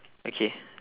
okay